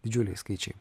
didžiuliai skaičiai